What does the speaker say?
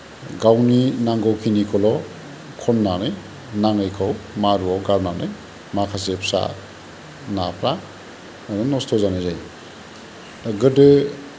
गावनि नांगौखिनिखौल' खननानै नाङिखौ मारुआव गारनानै माखासे फिसा नाफ्रा ओरैनो नस्त जानाय जायो गोदो